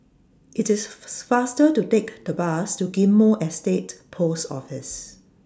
IT IS faster to Take The Bus to Ghim Moh Estate Post Office